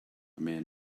man